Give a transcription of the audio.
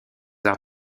arts